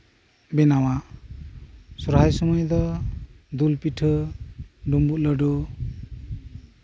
ᱵᱮᱱᱟᱣᱟ ᱥᱚᱨᱦᱟᱭ ᱠᱚᱨᱮ ᱫᱚ ᱫᱩᱞ ᱯᱤᱴᱷᱟᱹ ᱰᱩᱢᱵᱩᱜ ᱞᱟᱹᱰᱩ